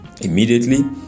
Immediately